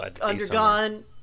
undergone